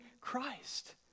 Christ